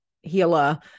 healer